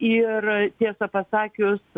ir tiesą pasakius